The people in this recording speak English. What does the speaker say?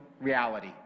reality